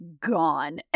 gone